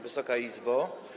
Wysoka Izbo!